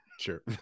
Sure